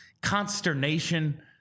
consternation